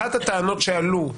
אחת הטענות שעלו,